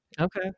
Okay